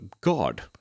God